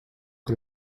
que